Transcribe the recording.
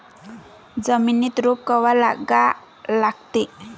जमिनीत रोप कवा लागा लागते?